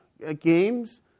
games